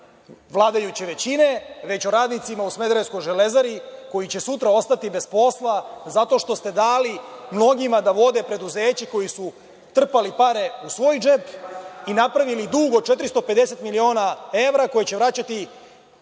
vladajuće većine, već o radnicima u smederevskoj „Železari“, koji će sutra ostati bez posla zato što ste dali mnogima da vode preduzeće koji su trpali pare u svoj džep i napravili dug od 450 miliona evra, koji će vraćati